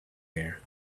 there